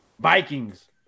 Vikings